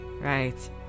right